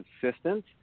consistent